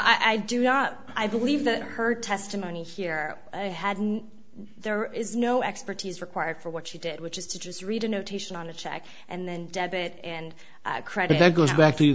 i do not i believe that her testimony here had no there is no expertise required for what she did which is to just read a notation on a check and then debit and credit that goes back to